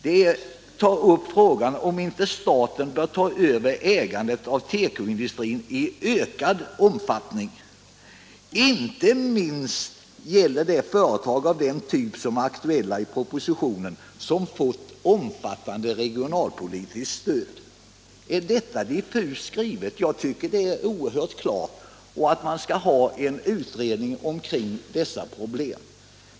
Vi tar upp frågan om inte staten bör ta över ägandet av tekoindustrin i ökad omfattning. Inte minst gäller det företag av den typ som är aktuella i propositionen, som fått omfattande regionalpolitiskt stöd. Är detta diffust skrivet? Jag tycker att det är oerhört klart. Dessutom skall en utredning göras av dessa problem.